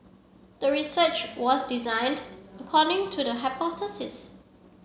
the research was designed according to the hypothesis